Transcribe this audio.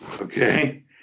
okay